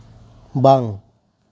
ᱵᱟᱝ